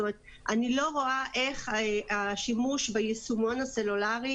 אני לא רואה איך השימוש ביישומון הסלולארי